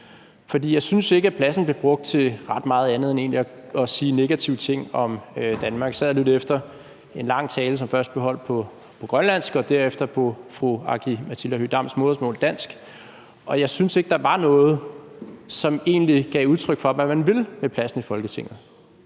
jeg synes ikke, at pladsen bliver brugt til ret meget andet end egentlig at sige negative ting om Danmark. Jeg sad og lyttede efter i en lang tale, som først blev holdt på grønlandsk og derefter på fru Aki-Matilda Høegh-Dams modersmål, dansk, og jeg syntes ikke, der var noget, hvor man egentlig gav udtryk for, hvad man vil med pladsen i Folketinget.